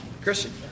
Christian